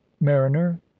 mariner